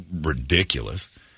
ridiculous